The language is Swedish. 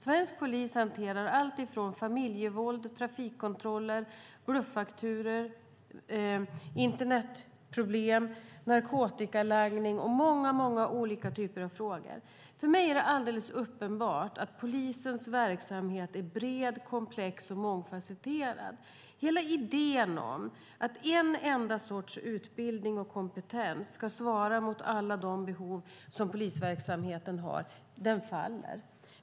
Svensk polis hanterar allt från familjevåld, trafikkontroller, bluffakturor, internetproblem till narkotikalangning och många olika typer av frågor. För mig är det alldeles uppenbart att polisens verksamhet är bred, komplex och mångfasetterad. Hela idén om att en enda sorts utbildning och kompetens ska svara mot alla de behov som polisverksamheten har faller.